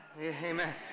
Amen